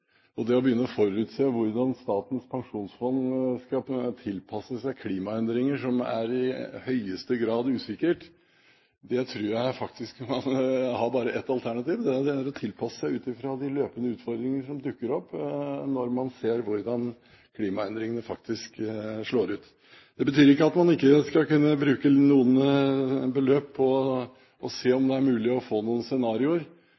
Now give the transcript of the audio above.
det gjelder å begynne å forutse hvordan Statens pensjonsfond skal tilpasse seg klimaendringer som i høyeste grad er usikre, tror jeg man bare har ett alternativ: å tilpasse seg de løpende utfordringer som dukker opp når man ser hvordan klimaendringene faktisk slår ut. Det betyr ikke at man ikke skal kunne bruke noen beløp på å se om det er mulig å få noen scenarioer,